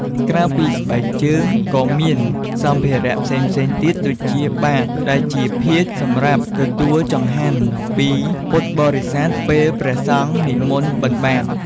ក្រៅពីស្បែកជើង ក៏មានសម្ភារៈផ្សេងៗទៀតដូចជា បាត ដែលជាភាជន៍សម្រាប់ទទួលចង្ហាន់ពីពុទ្ធបរិស័ទពេលព្រះសង្ឃនិមន្តបិណ្ឌបាត។